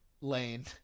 Lane